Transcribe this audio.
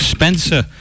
Spencer